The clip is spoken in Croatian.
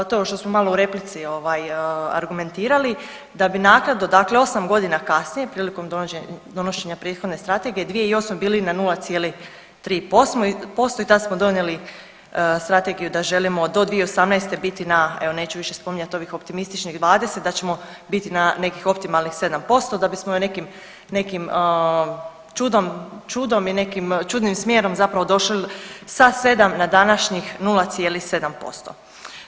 To je ono što smo malo u replici argumentirali, da bi naknadno, dakle 8 godina kasnije prilikom donošenja prethodne strategije, 2008. bili na 0,3% i tad smo donijeli strategiju da želimo do 2018. biti na, evo neću spominjati ovih optimističnih 20, da ćemo biti na nekih optimalnih 7%, da bismo nekim čudom, čudom i nekim čudnim smjerom zapravo došli sa 7 na današnjih 0,7%